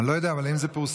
אני לא יודע אבל אם זה פורסם,